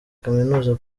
kaminuza